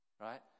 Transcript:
right